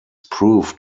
proved